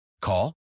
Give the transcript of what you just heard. Call